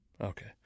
okay